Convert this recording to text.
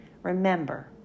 Remember